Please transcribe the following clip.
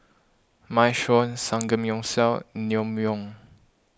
Minestrone Samgeyopsal Naengmyeon